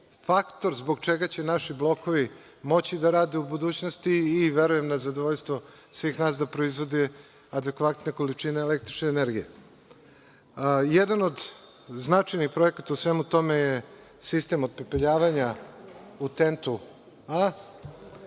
faktor zbog čega će naši blokovi moći da rade u budućnosti i, verujem na zadovoljstvo svih nas, da proizvode adekvatne količine električne energije. Jedan od značajnih projekata u svemu tome je sistem otpepeljavanja u TENT-u